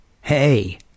hey